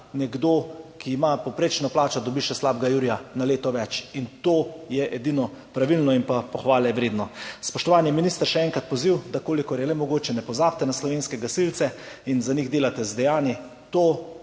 nekdo, ki ima povprečno plačo, dobi še slabega jurja na leto več, in to je edino pravilno in pohvale vredno. Spoštovani minister, še enkrat poziv, da, kolikor je le mogoče, ne pozabite na slovenske gasilce in za njih delate z dejanji. To